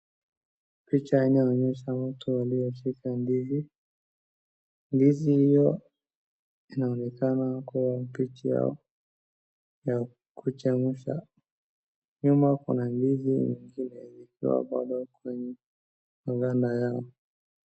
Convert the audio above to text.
Picha inayoonyesha mtu aliyeshika ndizi. Ndizi hiyo inaonekana kuwa wamepika wao ya kuchemsha. Nyuma kuna ndizi nyingine yenye ikiwa bado kwenye maganda yao.